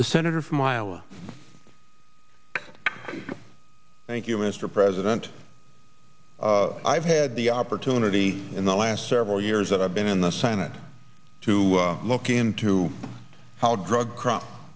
the senator from iowa thank you mr president i've had the opportunity in the last several years that i've been in the senate to look into how drugs fro